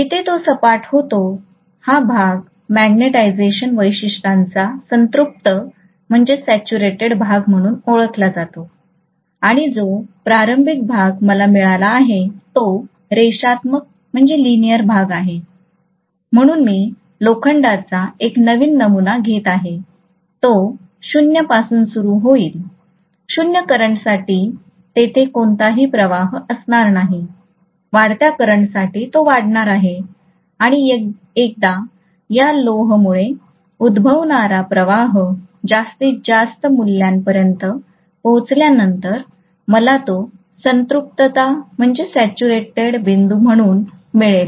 जिथे तो सपाट होतो हा भाग मॅग्निटायझेशन वैशिष्ट्यांचा संतृप्त भाग म्हणून ओळखला जातो आणि जो प्रारंभिक भाग मला मिळाला आहे तो रेषात्मक भाग आहे म्हणून मी लोखंडाचा एक नवीन नमुना घेत आहे तो ० पासून सुरू होईल 0 करंटसाठी तेथे कोणताही प्रवाह असणार नाही आणि वाढत्या करंटसाठी तो वाढणार आहे आणि एकदा या लोहमुळे उद्भवणारा प्रवाह जास्तीत जास्त मूल्यापर्यंत पोहोचल्यानंतर मला तो संपृक्तता बिंदू म्हणून मिळेल